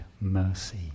mercy